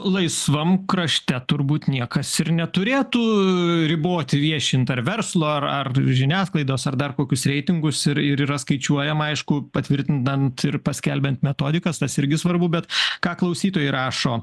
laisvam krašte turbūt niekas ir neturėtų riboti viešint ar verslo ar ar žiniasklaidos ar dar kokius reitingus ir ir yra skaičiuojama aišku patvirtinant ir paskelbiant metodikas tas irgi svarbu bet ką klausytojai rašo